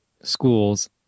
schools